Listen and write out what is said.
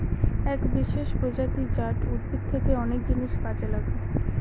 এক বিশেষ প্রজাতি জাট উদ্ভিদ থেকে অনেক জিনিস কাজে লাগে